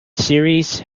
series